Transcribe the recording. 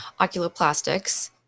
oculoplastics